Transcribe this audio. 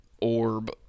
orb